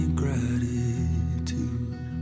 gratitude